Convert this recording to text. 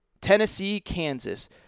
Tennessee-Kansas